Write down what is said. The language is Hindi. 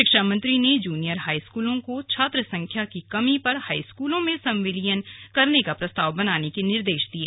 शिक्षा मंत्री ने जूनियर हाईस्कूलों को छात्र संख्या की कमी पर हाईस्कूलों में संविलियन करने का प्रस्ताव बनाने के निर्देश दिये